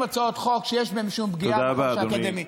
הצעות חוק שיש בהן משום פגיעה בחופש האקדמי.